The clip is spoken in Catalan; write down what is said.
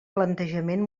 plantejament